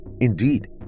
Indeed